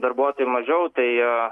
darbuotojų mažiau tai